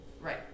Right